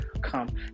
come